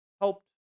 helped